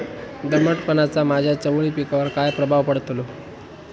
दमटपणाचा माझ्या चवळी पिकावर काय प्रभाव पडतलो?